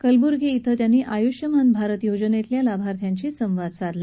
कलब्र्गी इथं त्यांनी आय्ष्यमान भारत योजनेतल्या लाभार्थ्यांशी संवाद साधला